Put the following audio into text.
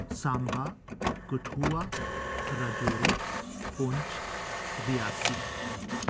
Samba Kathua Rajouri Poonch Reasi